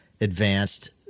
advanced